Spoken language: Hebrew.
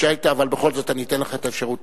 אבל בכל זאת אני אתן לך את האפשרות